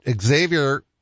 Xavier